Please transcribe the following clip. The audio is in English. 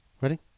Ready